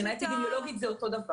מבחינה אפידמיולוגית זה אותו דבר.